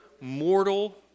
mortal